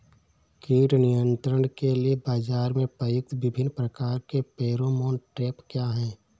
कीट नियंत्रण के लिए बाजरा में प्रयुक्त विभिन्न प्रकार के फेरोमोन ट्रैप क्या है?